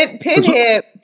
pinhead